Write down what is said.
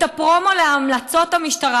את הפרומו להמלצות המשטרה,